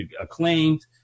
acclaimed